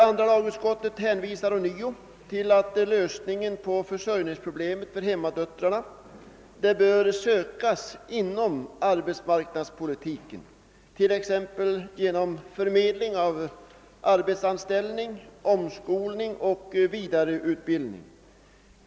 Andra lagutskottet hänvisar ånyo till att lösningen på försörjningsproblemet för hemmadöttrarna bör sökas inom arbetsmarknadspolitiken, t.ex. genom förmedling av arbetsanställning, omskolning och vidareutbildning.